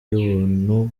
y’ubuntu